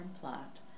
plot